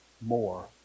more